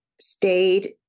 stayed